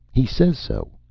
he says so.